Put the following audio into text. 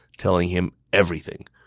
telling him everything.